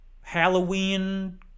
Halloween